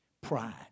pride